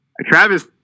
Travis